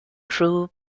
crew